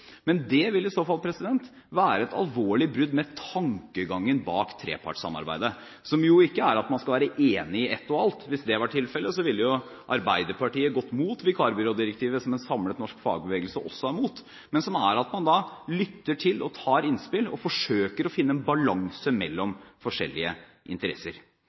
men det vil i så fall være et alvorlig brudd med tankegangen bak trepartssamarbeidet, som ikke er at man skal være enig om ett og alt – hvis det var tilfellet, ville jo Arbeiderpartiet gått imot vikarbyrådirektivet, som en samlet norsk fagbevegelse også er imot – men som er at man lytter til innspill og forsøker å finne en balanse mellom forskjellige interesser.